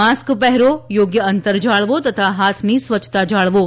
mask પહેરો યોગ્ય અંતર જાળવો તથા હાથની સ્વચ્છતા જાળવો